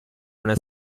una